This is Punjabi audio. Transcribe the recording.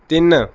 ਤਿੰਨ